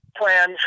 plans